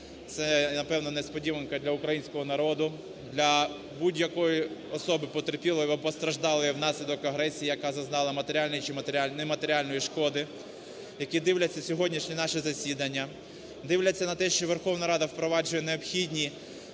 це, напевно, несподіванка для українського народу, для будь-якої особи потерпілої або постраждалої внаслідок агресії, яка зазнала матеріальний чи не матеріальної шкоди. Які дивляться сьогоднішнє наше засідання, дивляться на те, що Верховна Рада впроваджує необхідно